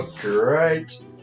Great